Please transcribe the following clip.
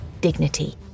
Dignity